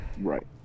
Right